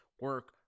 Work